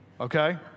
okay